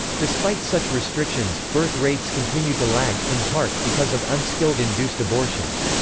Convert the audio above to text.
despite such restrictions, birth rates continued to lag, in part, because of unskilled induced abortions.